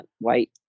white